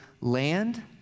land